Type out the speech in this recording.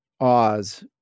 Oz